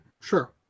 sure